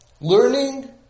Learning